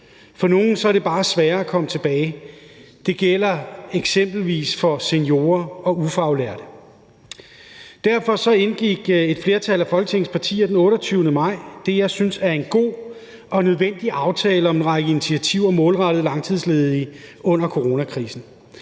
For nogle er det bare sværere at komme tilbage. Det gælder eksempelvis for seniorer og ufaglærte. Derfor indgik et flertal af Folketingets partier den 28. maj det, jeg synes er en god og nødvendig aftale om en række initiativer målrettet langtidsledige under coronakrisen.